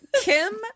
Kim